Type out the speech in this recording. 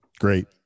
Great